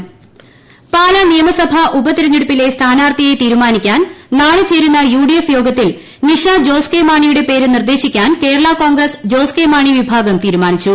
Pala Nisha Jose K Mani Pala നിയമസഭാ ഉപതിരഞ്ഞെടുപ്പിലെ സ്ഥാനാർത്ഥിയെ തീരുമാനിക്കാൻ നാളെ ചേരുന്ന യു ഡി എഫ് യോഗത്തിൽ നിഷ ജോസ് കെ മാണിയുടെ പേര് നിർദേശിക്കാൻ കേരളാ കോൺഗ്രസ് ജോസ് കെ മാണി വിഭാഗം തീരുമാനിച്ചു